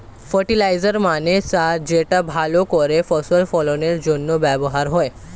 fertiliser মানে সার যেটা ভালো করে ফসল ফলনের জন্য ব্যবহার হয়